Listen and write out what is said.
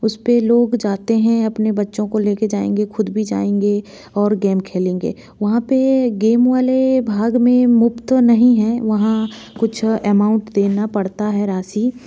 उसपे लोग जाते हैं अपने बच्चों को लेके जाएंगे खुद भी जाएंगे और गैम खेलेंगे वहाँ पे गेम वाले भाग में मुफ़्त नहीं हैं वहाँ कुछ अमाउंट देना पड़ता है राशि